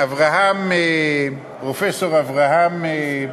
פרופסור אברהם, דיסקין.